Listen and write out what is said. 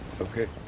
okay